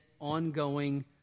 ongoing